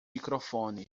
microfone